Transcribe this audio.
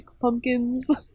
pumpkins